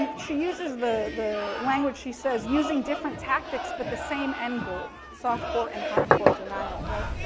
she uses the the language she says using different tactics but the same end goal soft core and hardcore denial, right.